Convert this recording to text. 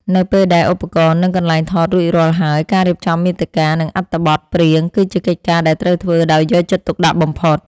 នៅពេលដែលឧបករណ៍ និងកន្លែងថតរួចរាល់ហើយការរៀបចំមាតិកា និងអត្ថបទព្រាងគឺជាកិច្ចការដែលត្រូវធ្វើដោយយកចិត្តទុកដាក់បំផុត។